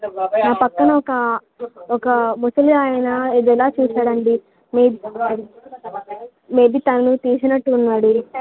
నా పక్కన ఒక ఒక ముసలి ఆయన ఏదోలా చూశాడు అండి మే మేబి తను తీసినట్టు ఉన్నాడు